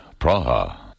Praha